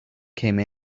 came